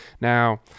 now